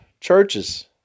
churches